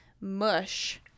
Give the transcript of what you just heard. mush